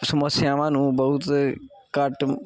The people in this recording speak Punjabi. ਸਮੱਸਿਆਵਾਂ ਨੂੰ ਬਹੁਤ ਘੱਟ